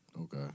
Okay